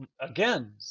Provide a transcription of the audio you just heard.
again